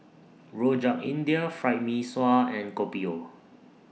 Rojak India Fried Mee Sua and Kopi O